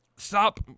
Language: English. Stop